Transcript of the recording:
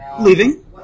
leaving